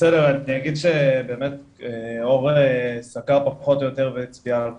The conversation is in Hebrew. בסדר אני אגיד שאור סקר פחות או יותר את כל